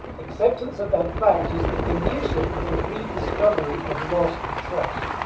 acceptance of that fact is the condition for the rediscovery of lost trust.